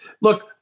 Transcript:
look